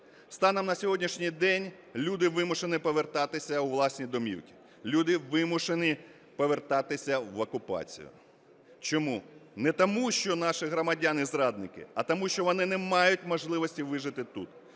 Станом на сьогоднішній день люди вимушені повертатися у власні домівки. Люди вимушені повертатися в окупацію. Чому? Не тому що наші громадяни зрадники, а тому що вони не мають можливості вижити тут,